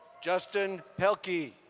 justin helki.